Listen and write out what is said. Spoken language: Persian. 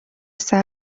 صلاح